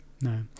no